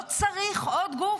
לא צריך עוד גוף.